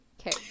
Okay